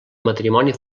matrimoni